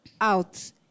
out